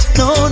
no